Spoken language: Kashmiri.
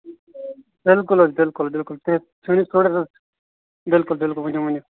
بِلکُل حظ بِلکُل بِلکُل بِلکُل صحت سٲنِس پرٛوڈکٹس بِلکُل بِلکُل ؤنِو ؤنِو